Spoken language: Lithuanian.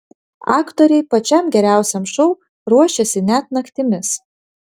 aktoriai pačiam geriausiam šou ruošėsi net naktimis